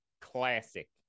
classic